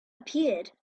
appeared